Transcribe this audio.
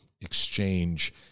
exchange